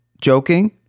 joking